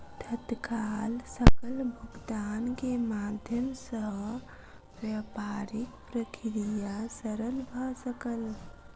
तत्काल सकल भुगतान के माध्यम सॅ व्यापारिक प्रक्रिया सरल भ सकल